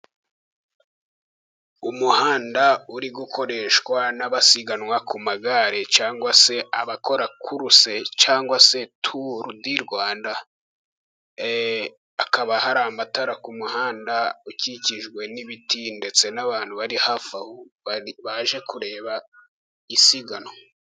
Umuhanda uri gukoreshwa n'abasiganwa ku magare cyangwa se abakora kuruse cyangwa se turu di Rwanda, hakaba hari amatara k'umuhanda ukikijwe n'ibiti ndetse n'abantu bari hafi aho baje kureba isiganwa.